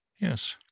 yes